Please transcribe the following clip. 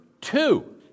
two